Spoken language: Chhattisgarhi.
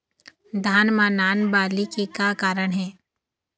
धान म नान बाली के का कारण हे?